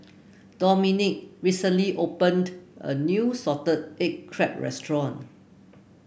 Domenick recently opened a new Salted Egg Crab restaurant